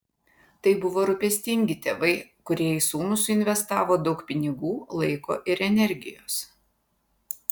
tai buvo rūpestingi tėvai kurie į sūnų suinvestavo daug pinigų laiko ir energijos